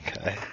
Okay